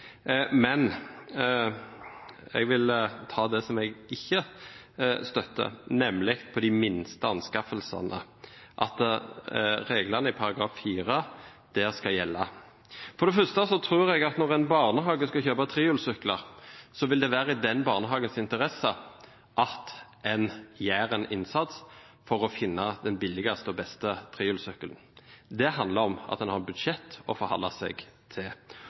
men jeg vil ta for meg det som jeg ikke støtter, nemlig at reglene i § 4 skal gjelde for de minste anskaffelsene. For det første tror jeg at når en barnehage skal kjøpe trehjulssykler, vil det være i den barnehagens interesse at en gjør en innsats for å finne den billigste og beste trehjulssykkelen. Det handler om at en har budsjett å forholde seg til,